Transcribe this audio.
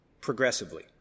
progressively